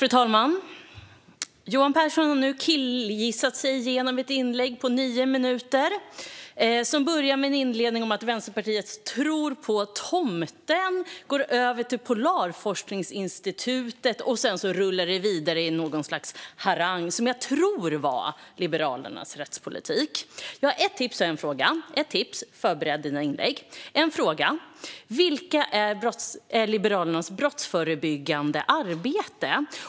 Fru talman! Johan Pehrson har nu killgissat sig igenom ett inlägg på nio minuter. Det började med en inledning om att Vänsterpartiet tror på tomten. Sedan går han över till Polarforskningssekretariatet, och därefter rullar det på i en harang som, tror jag, handlade om Liberalernas rättspolitik. Jag har ett tips och en fråga. Tipset är: Förbered dina inlägg! Frågan är: Vad är Liberalernas brottsförebyggande arbete?